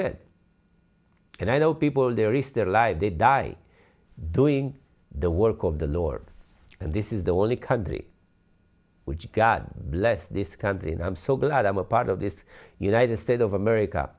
it and i know people there is their lives they die doing the work of the lord and this is the only country which god bless this country and i'm so glad i'm a part of this united states of america